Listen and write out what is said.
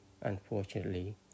Unfortunately